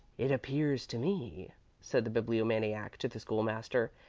it appears to me, said the bibliomaniac to the school-master,